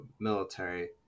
military